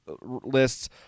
lists